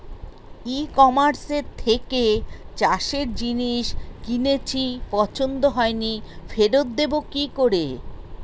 ই কমার্সের থেকে চাষের জিনিস কিনেছি পছন্দ হয়নি ফেরত দেব কী করে?